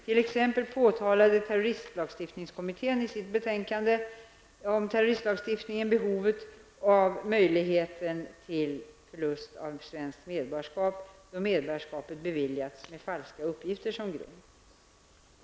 T.ex. påtalade terroristlagstiftningskommittén i sitt betänkande Terroristlagstiftningen behovet av möjligheten till förlust av svenskt medborgarskap då medborgarskapet beviljats med falska uppgifter som grund .